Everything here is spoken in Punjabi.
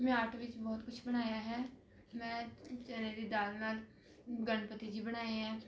ਮੈਂ ਆਰਟ ਵਿੱਚ ਬਹੁਤ ਕੁਛ ਬਣਾਇਆ ਹੈ ਮੈਂ ਚਣੇ ਦੀ ਦਾਲ ਨਾਲ ਗਣਪਤੀ ਜੀ ਬਣਾਏ ਹੈ